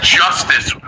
justice